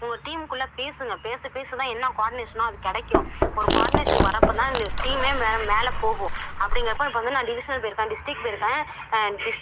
இப்போ ஒரு டீம்க்குள்ளே பேசுங்கள் பேச பேச தான் என்ன கோர்டினேஷனோ அது கிடைக்கும் ஒரு கோர்டினேஷன் வரப்போ தான் அந்த டீமே மேலே மேலே போகும் அப்படிங்கிறப்ப இப்போ வந்து நான் டிவிஷனில் போயிருக்கேன் டிஸ்டிக் போயிருக்கேன் டிஸ்